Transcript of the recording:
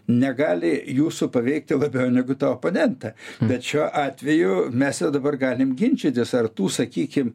negali jūsų paveikti labiau negu tą oponentą bet šiuo atveju mes jau dabar galim ginčytis ar tų sakykim